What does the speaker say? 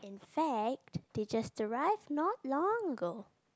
sad did you just derived not long ago